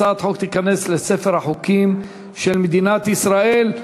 הצעת החוק תיכנס לספר החוקים של מדינת ישראל.